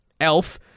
elf